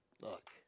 Look